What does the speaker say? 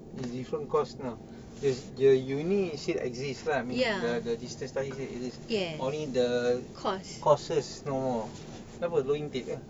is different course now this the uni is still exist lah I mean the the this the studies only the courses no more kenapa low intake ke